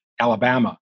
Alabama